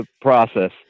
process